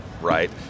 right